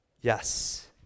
Yes